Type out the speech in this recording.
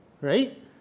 right